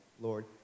Lord